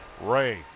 ray